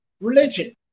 religion